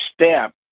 step